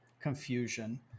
confusion